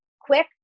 quick